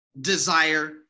desire